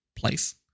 place